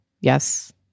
Yes